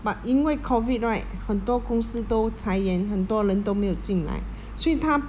but 因为 COVID right 很多公司都裁员很多人都没有进来所以她